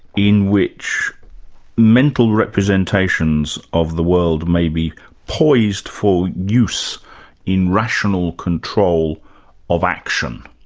in which mental representations of the world may be poised for use in rational control of action,